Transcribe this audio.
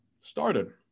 started